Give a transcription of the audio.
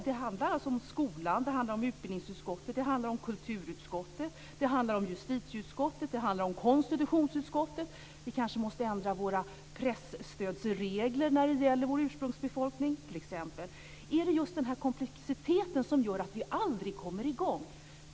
Det handlar alltså om skolan, utbildningsutskottet, kulturutskottet, justitieutskottet och konstitutionsutskottet. Vi måste kanske ändra våra presstödsregler när det gäller vår ursprungsbefolkning. Är det just den här komplexiteten som gör att vi aldrig kommer i gång?